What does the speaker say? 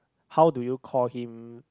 how do you call him